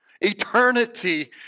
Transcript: eternity